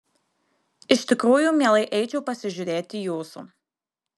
iš tikrųjų mielai eičiau pasižiūrėti jūsų